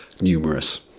numerous